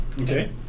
Okay